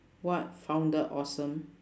what founded awesome